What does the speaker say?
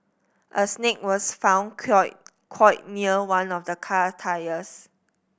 a snake was found coil coil near one of the car tyres